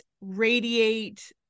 radiate-